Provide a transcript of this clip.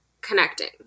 connecting